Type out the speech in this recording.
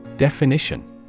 Definition